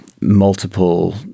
multiple